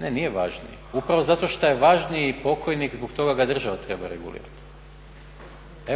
Ne, nije važniji, upravo zato što je važniji pokojnik zbog toga ga država treba regulirati.